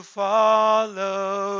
follow